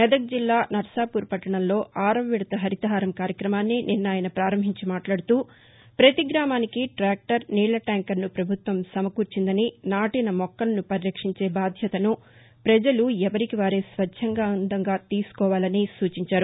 మెదక్ జిల్లా సర్సాపూర్ పట్టణంలో ఆరవ విడత హరితహారం కార్యక్రమాన్ని నిన్న ఆయస పారంభించి మాట్లాడుతూ పతి గ్రామానికి టాక్టర్ నీళ్ల ట్యాంకర్ ను ప్రభుత్వం సమకూర్చిందని నాటిన మొక్కలను పరిరక్షించే బాధ్యతను ప్రజలు ఎవరికి వారే స్వఛ్చందంగా తీసుకోవాలని సూచించారు